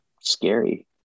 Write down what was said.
scary